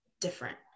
different